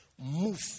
Move